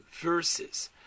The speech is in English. verses